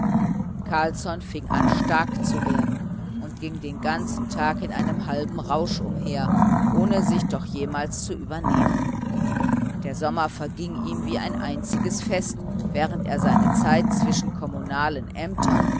carlsson fing an stark zu werden und ging den ganzen tag in einem halben rausch umher ohne sich doch jemals zu übernehmen der sommer verging ihm wie ein einziges fest während er seine zeit zwischen kommunalen ämtern